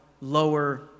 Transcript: lower